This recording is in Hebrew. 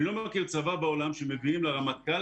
אני לא מכיר צבא בעולם שמביאים לרמטכ"ל